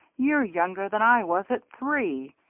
you're younger than i was at three.